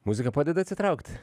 muzika padeda atsitraukt